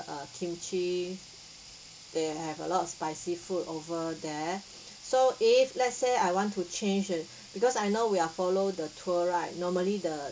uh kimchi they have a lot of spicy food over there so if let's say I want to change it because I know we are follow the tour right normally the